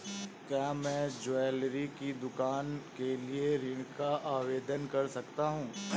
क्या मैं ज्वैलरी की दुकान के लिए ऋण का आवेदन कर सकता हूँ?